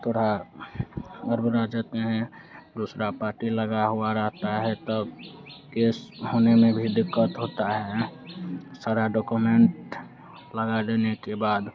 थोड़ा हड़बड़ा जाते हैं दुसरी पार्टी लगी हुई रहती है तब केस होने में भी दिक़्क़त होती है सारे डॉकोमेन्ट लगा देने के बाद